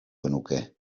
genuke